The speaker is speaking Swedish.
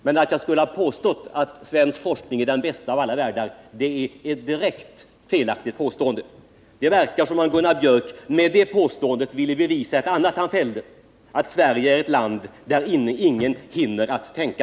Men att jag skulle ha påstått att svensk forskning är den bästa av alla världar, det är direkt felaktigt. Det verkar som om Gunnar Biörck med det påståendet ville bevisa ett annat påstående som han fällde, nämligen att Sverige är ett land där ingen hinner tänka.